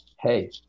Hey